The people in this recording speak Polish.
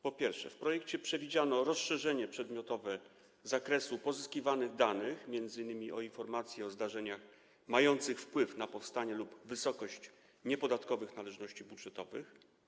Po pierwsze, w projekcie przewidziano rozszerzenie przedmiotowe zakresu pozyskiwanych danych m.in. o informacje o zdarzeniach mających wpływ na powstanie lub wysokość niepodatkowych należności budżetowych.